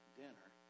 dinner